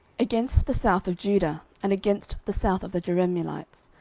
against the south of judah, and against the south of the jerahmeelites,